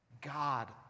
God